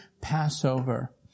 Passover